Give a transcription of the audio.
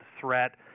threat